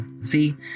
See